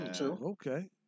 Okay